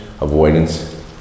avoidance